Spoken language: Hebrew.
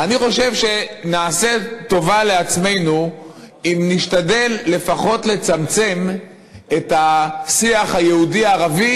אני חושב שנעשה טובה לעצמנו אם נשתדל לפחות לצמצם את השיח היהודי ערבי,